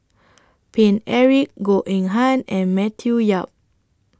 Paine Eric Goh Eng Han and Matthew Yap